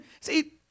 See